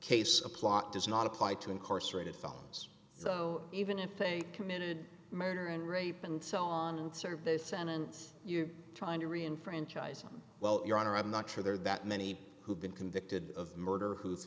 case a plot does not apply to incarcerated felons so even if they committed murder and rape and so on would serve their sentence you're trying to re enfranchise well your honor i'm not sure there are that many who've been convicted of murder who